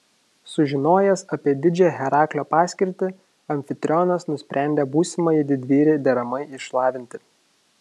sužinojęs apie didžią heraklio paskirtį amfitrionas nusprendė būsimąjį didvyrį deramai išlavinti